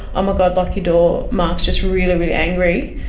um ah god, lock your door, marc is just really, really angry,